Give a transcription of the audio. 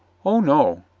oh, no,